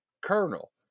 Colonel